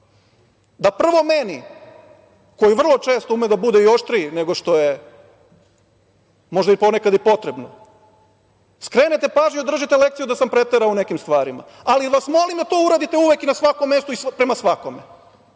da prvo meni, koji vrlo često umem da budem i oštriji nego što možda i ponekad potrebno, skrenete pažnju i držite lekciju da sam preterao u nekim stvarima, ali vas molim da to uvek i na svakom mestu prema svakome.